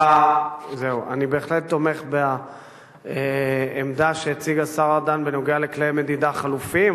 אני בהחלט תומך בעמדה שהציג השר ארדן בנוגע לכלי מדידה חלופיים.